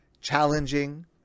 challenging